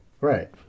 Right